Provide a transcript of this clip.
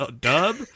dub